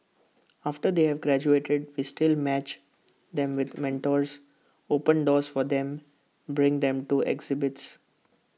after they have graduated we still match them with mentors open doors for them bring them to exhibits